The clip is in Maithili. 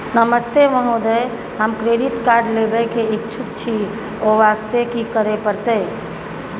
नमस्ते महोदय, हम क्रेडिट कार्ड लेबे के इच्छुक छि ओ वास्ते की करै परतै?